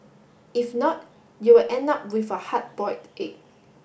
if not you will end up with a hard boiled egg